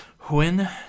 When